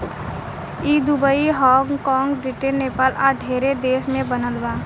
ई Dubai, Hong कॉग, Britain, Nepal आ ढेरे देश में बनल बा